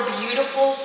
beautiful